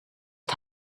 het